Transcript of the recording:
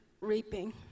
reaping